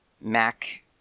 Mac